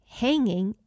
hanging